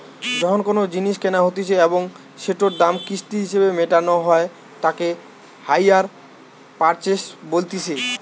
যখন কোনো জিনিস কেনা হতিছে এবং সেটোর দাম কিস্তি হিসেবে মেটানো হই তাকে হাইয়ার পারচেস বলতিছে